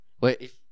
Wait